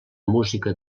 música